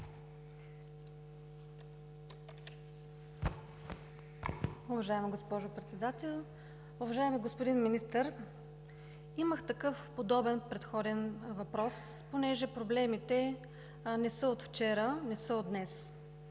Уважаема госпожо Председател! Уважаеми господин Министър, имах такъв подобен предходен въпрос понеже проблемите не са от вчера, не са и от днес.